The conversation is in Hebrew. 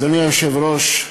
אדוני היושב-ראש,